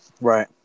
Right